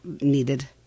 needed